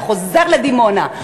אתה חוזר לדימונה,